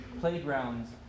playgrounds